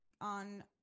on